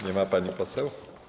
Nie ma pani poseł?